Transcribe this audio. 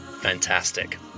fantastic